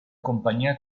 compagnia